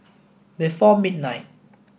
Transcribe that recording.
before midnight